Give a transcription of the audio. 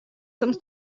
some